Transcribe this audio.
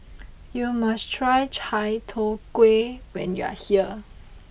you must try Chai Tow Kway when you are here